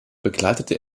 begleitete